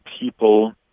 people